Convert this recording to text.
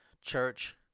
church